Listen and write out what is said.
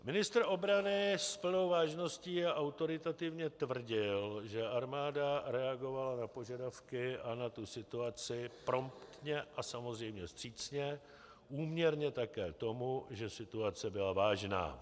Ministr obrany s plnou vážností a autoritativně tvrdil, že armáda reagovala na požadavky a na tu situaci promptně a samozřejmě vstřícně, úměrně také tomu, že situace byla vážná.